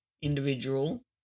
individual